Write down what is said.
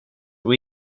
och